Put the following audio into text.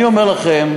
אני אומר לכם,